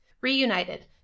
Reunited